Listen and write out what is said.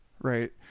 right